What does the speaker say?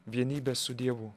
vienybės su dievu